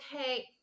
okay